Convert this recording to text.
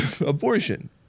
Abortion